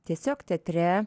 tiesiog teatre